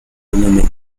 renommé